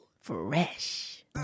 Fresh